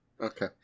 Okay